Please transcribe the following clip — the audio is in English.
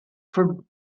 for